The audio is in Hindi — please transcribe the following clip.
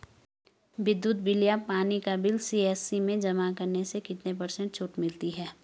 विद्युत बिल या पानी का बिल सी.एस.सी में जमा करने से कितने पर्सेंट छूट मिलती है?